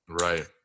Right